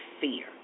fear